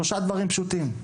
שלושה דברים פשוטים ראיתי: